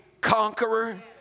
conqueror